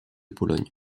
pologne